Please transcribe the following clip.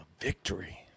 victory